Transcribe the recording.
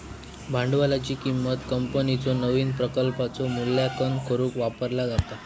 भांडवलाची किंमत कंपनीच्यो नवीन प्रकल्पांचो मूल्यांकन करुक वापरला जाता